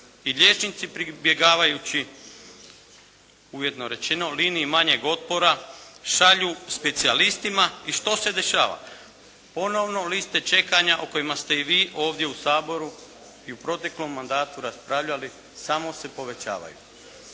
i liječnici pribjegavajući ujedno rečeno liniji manjeg otpora šalju specijalistima i što se dešava. Ponovno liste čekanja o kojima ste i vi ovdje u Saboru i u proteklom mandatu raspravljali samo se povećavaju.